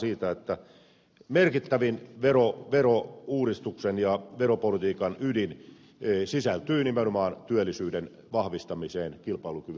siitä että merkittävin verouudistuksen ja veropolitiikan ydin sisältyy nimenomaan työllisyyden vahvistamiseen kilpailukyvyn turvaamiseen